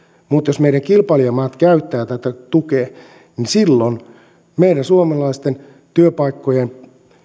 mutta jos meidän kilpailijamaat käyttävät tätä tukea niin silloin meidän suomalaisten työpaikkojen